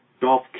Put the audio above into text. Dolph